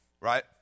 right